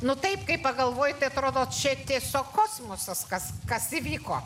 nu taip kai pagalvoji tai atrodo čia tiesiog kosmosas kas kas įvyko